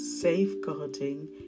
safeguarding